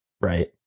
right